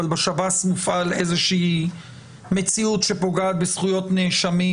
אבל בשב"ס מופעלת איזה שהיא מציאות שפוגעת בזכויות נאשמים.